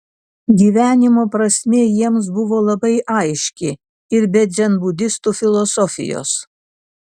gyvenimo prasmė jiems buvo labai aiški ir be dzenbudistų filosofijos